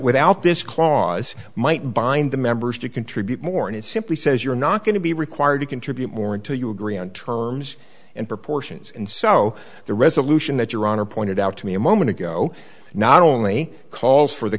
without this clause might bind the members to contribute more and it simply says you're not going to be required to contribute more until you agree on terms and proportions and so the resolution that your honor pointed out to me a moment ago not only calls for the